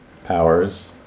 Powers